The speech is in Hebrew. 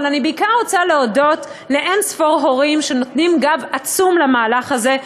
אבל אני בעיקר רוצה להודות לאין-ספור הורים שנותנים גב עצום למהלך הזה.